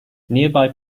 nearby